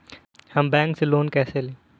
हम बैंक से लोन कैसे लें?